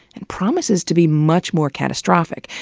and promises to be much more catastrophic.